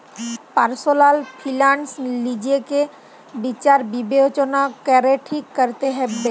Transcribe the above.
personal finance লিজকে বিচার বিবচলা ক্যরে ঠিক ক্যরতে হুব্যে